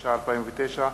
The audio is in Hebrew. התש"ע 2009,